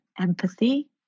empathy